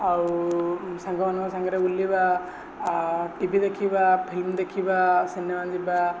ଆଉ ସାଙ୍ଗମାନଙ୍କ ସାଙ୍ଗରେ ବୁଲିବା ଟି ଭି ଦେଖିବା ଫିଲ୍ମ ଦେଖିବା ସିନେମା ଯିବା